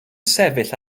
sefyll